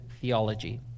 theology